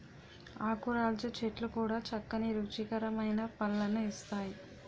ఆకురాల్చే చెట్లు కూడా చక్కని రుచికరమైన పళ్ళను ఇస్తాయి